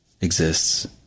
exists